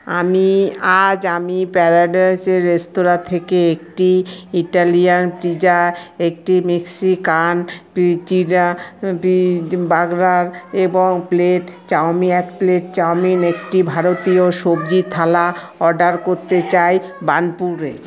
আমি আজ আমি প্যারাডাইসের রেস্তোরাঁ থেকে একটি ইটালিয়ান পিজ্জা একটি মেক্সিকান বি বার্গার এবং প্লেট চাউমি এক প্লেট চাউমিন একটি ভারতীয় সবজি থালা অর্ডার করতে চাই বার্নপুরে